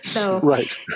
Right